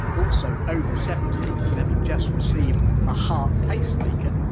also over seventy, and having just received a heart pacemaker,